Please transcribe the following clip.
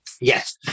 Yes